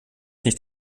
nicht